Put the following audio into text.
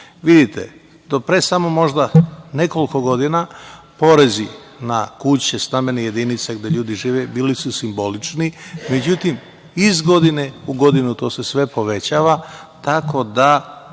to. Vidite, do pre samo možda nekoliko godina, porezi na kuće, stambene jedinice gde ljudi žive bili su simbolični. Međutim, iz godine u godinu to se sve povećava, tako da